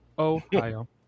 Ohio